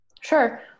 Sure